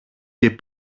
και